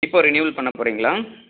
இப்போ ரினிவல் பண்ணப் போகறீங்களா